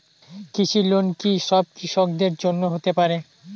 কৃষি লোন কি সব কৃষকদের জন্য হতে পারে?